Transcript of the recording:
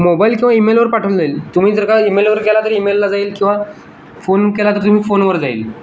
mobile किंवा ईमेलवर पाठवलं जाईल तुम्ही जर का इमेलवर केला तर इमेलला जाईल किंवा फोन केला तर तुम्ही फोनवर जाईल